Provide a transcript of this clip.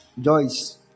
Joyce